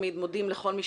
וחשובים.